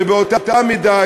ובאותה מידה,